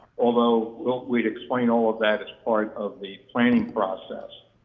although we'd explain all of that as part of the planning process.